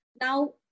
Now